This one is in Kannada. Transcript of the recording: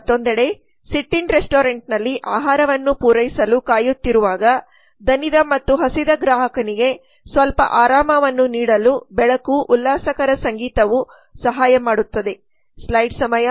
ಮತ್ತೊಂದೆಡೆ ಸಿಟ್ ಇನ್ ರೆಸ್ಟೋರೆಂಟ್ನಲ್ಲಿ ಆಹಾರವನ್ನು ಪೂರೈಸಲು ಕಾಯುತ್ತಿರುವಾಗ ದಣಿದ ಮತ್ತು ಹಸಿದ ಗ್ರಾಹಕನಿಗೆ ಸ್ವಲ್ಪ ಆರಾಮವನ್ನು ನೀಡಲು ಬೆಳಕು ಉಲ್ಲಾಸಕರ ಸಂಗೀತವು ಸಹಾಯ ಮಾಡುತ್ತದೆ